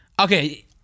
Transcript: Okay